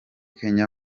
kenya